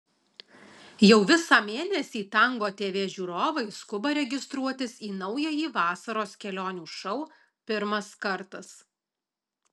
jau visą mėnesį tango tv žiūrovai skuba registruotis į naująjį vasaros kelionių šou pirmas kartas